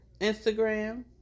Instagram